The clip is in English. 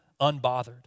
unbothered